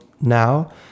now